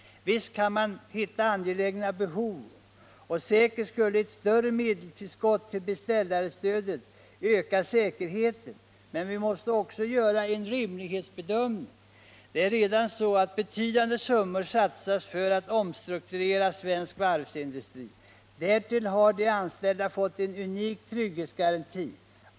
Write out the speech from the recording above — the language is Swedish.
Visst kan man hitta angelägna behov, och säkert skulle ett större medelstillskott till beställarstödet öka säkerheten. Men vi måste också göra en rimlighetsbedömning. Det är redan så att betydande summor satsats för att omstrukturera svensk varvsindustri. Därtill har de anställda fått en unik trygghetsgaranti.